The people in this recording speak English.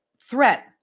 threat